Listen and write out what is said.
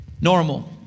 normal